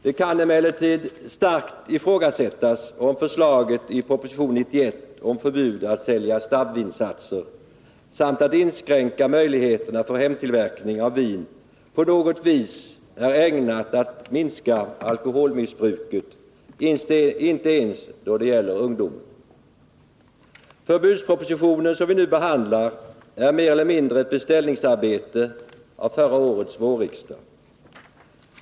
Det kan emellertid starkt ifrågasättas om förslaget i proposition 91 om förbud att sälja snabbvinsatser samt att inskränka möjligheterna för hemtillverkning av vin på något sätt är ägnat att minska alkoholmissbruket, även då det gäller ungdomen. Den förbudsproposition som vi nu behandlar är mer eller mindre ett beställningsarbete av förra årets vårriksdag.